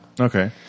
Okay